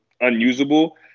unusable